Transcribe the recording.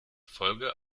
folge